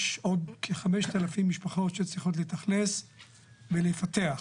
עוד כ-5,000 משפחות שצריכות להתאכלס ולפתח.